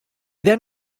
then